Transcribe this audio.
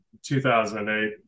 2008